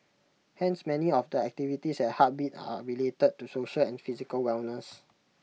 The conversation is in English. hence many of the activities at heartbeat are related to social and physical wellness